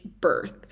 birth